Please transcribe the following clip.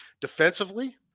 Defensively